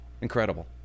Incredible